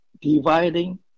dividing